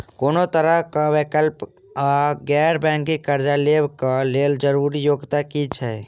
कोनो तरह कऽ वैकल्पिक वा गैर बैंकिंग कर्जा लेबऽ कऽ लेल जरूरी योग्यता की छई?